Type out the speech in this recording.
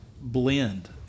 blend